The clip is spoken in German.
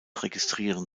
registrieren